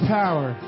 power